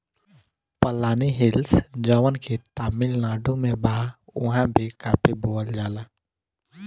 पलानी हिल्स जवन की तमिलनाडु में बा उहाँ भी काफी बोअल जाला